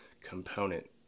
component